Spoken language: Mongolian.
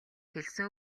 хэлсэн